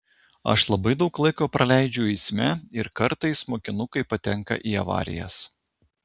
aš labai daug laiko praleidžiu eisme ir kartais mokinukai patenka į avarijas